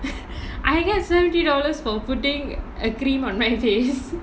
I get seventy dollars for putting a cream on my face